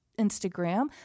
Instagram